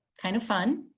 kind of fun.